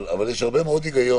אבל יש הרבה מאוד היגיון.